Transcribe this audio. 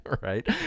Right